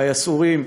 והיסעורים,